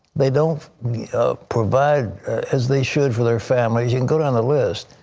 they don't provide as they should for their families. you can go down the list.